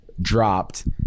dropped